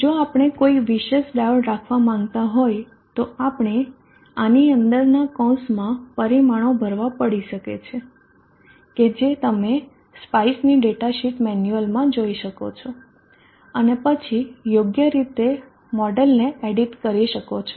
જો આપણે કોઈ વિશેષ ડાયોડ રાખવા માંગતા હોય તો આપણે આની અંદરના કૌંસમાં પરિમાણો ભરવા પડી શકે છે કે જે તમે સ્પાઈસની ડેટા શીટ મેન્યુઅલમાં જોઈ શકો છો અને પછી યોગ્ય રીતે મોડેલોને એડિટ કરી શકો છો